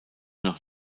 noch